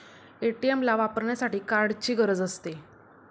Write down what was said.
ATM ला वापरण्यासाठी कार्डची गरज असते